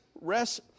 rest